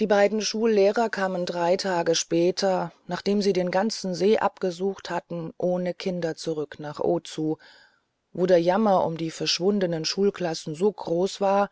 die beiden schullehrer kamen drei tage später nachdem sie den ganzen see abgesucht hatten ohne kinder zurück nach ozu wo der jammer um die verschwundenen schulklassen so groß war